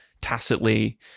tacitly